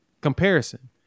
comparison